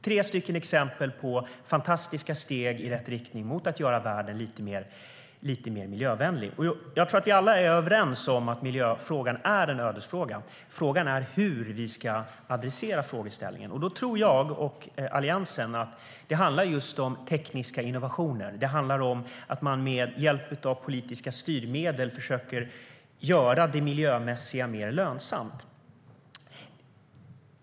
Det är tre exempel på fantastiska steg i rätt riktning för att göra världen lite mer miljövänlig. Jag tror att vi alla är överens om att miljöfrågan är en ödesfråga, men hur ska vi hantera den? Jag och Alliansen tror att det handlar om tekniska innovationer, om att man med hjälp av politiska styrmedel ska försöka göra det miljömässiga mer lönsamt.